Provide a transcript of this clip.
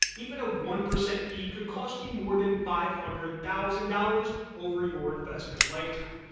even a one percent fee could cost you more than five hundred thousand dollars over your investment lifetime.